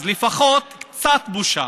אז לפחות קצת בושה